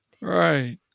Right